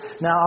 Now